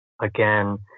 again